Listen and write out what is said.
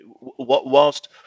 whilst